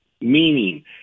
Meaning